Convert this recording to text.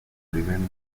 divenne